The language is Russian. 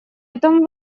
этом